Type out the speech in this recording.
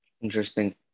Interesting